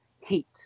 heat